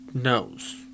knows